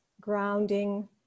grounding